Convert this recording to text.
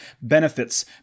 benefits